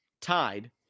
tied